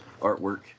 artwork